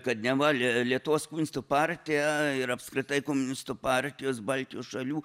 kad neva lietuvos komunistų partija ir apskritai komunistų partijos baltijos šalių